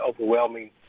overwhelming